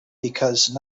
because